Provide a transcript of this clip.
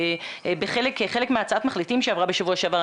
חלק מהצעת המחליטים שעברה בשבוע שעבר,